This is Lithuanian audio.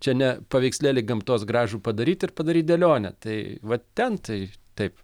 čia ne paveikslėlį gamtos gražų padaryt ir padaryt dėlionę tai va ten tai taip